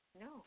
No